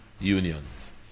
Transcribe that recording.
unions